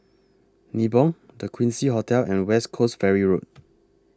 Nibong The Quincy Hotel and West Coast Ferry Road